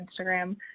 instagram